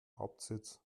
hauptsitz